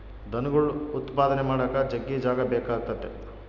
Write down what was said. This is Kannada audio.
ದನಗುಳ್ ಉತ್ಪಾದನೆ ಮಾಡಾಕ ಜಗ್ಗಿ ಜಾಗ ಬೇಕಾತತೆ